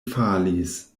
falis